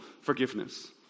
forgiveness